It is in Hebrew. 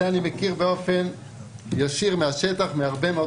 את זה אני מכיר באופן ישיר מהשטח מהרבה מאוד